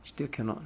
still cannot